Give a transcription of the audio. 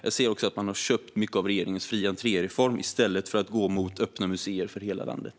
Jag ser också att man har köpt mycket av regeringens reform om fri entré i stället för att gå mot öppna museer för hela landet.